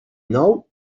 nou